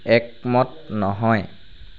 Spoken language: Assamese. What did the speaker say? একমত নহয়